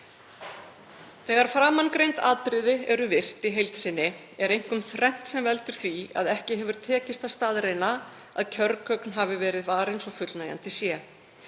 Þegar framangreind atriði eru virt í heild sinni er einkum þrennt sem veldur því að ekki hefur tekist að staðreyna að kjörgögn hafi verið varin svo fullnægjandi sé.